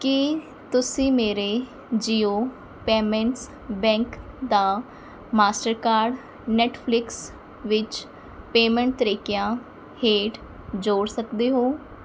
ਕਿ ਤੁਸੀਂਂ ਮੇਰੇ ਜੀਓ ਪੇਮੈਂਟਸ ਬੈਂਕ ਦਾ ਮਾਸਟਰਕਾਰਡ ਨੈੱਟਫ਼ਲਿਕਸ ਵਿੱਚ ਪੇਮੈਂਟ ਤਰੀਕਿਆਂ ਹੇਠ ਜੋੜ ਸਕਦੇ ਹੋ